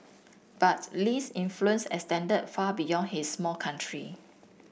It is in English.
but Lee's influence extended far beyond his small country